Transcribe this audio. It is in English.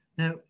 Now